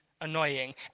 annoying